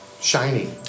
Shiny